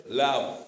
love